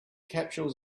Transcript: capsules